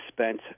spent